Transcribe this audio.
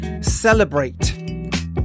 celebrate